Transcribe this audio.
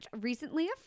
recently